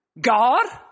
God